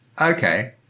Okay